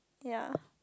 ye